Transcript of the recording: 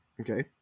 Okay